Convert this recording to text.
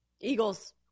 Eagles